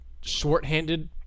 shorthanded